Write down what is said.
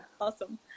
Awesome